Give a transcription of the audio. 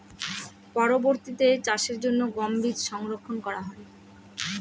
পরবর্তিতে চাষের জন্য গম বীজ সংরক্ষন করা হয়?